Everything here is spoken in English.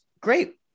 Great